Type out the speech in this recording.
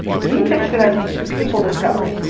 he pitched it as people discovery.